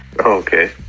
Okay